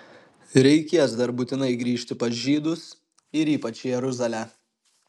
reikės dar būtinai grįžti pas žydus ir ypač jeruzalę